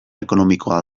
ekonomikoa